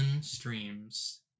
streams